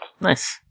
Nice